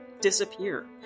disappear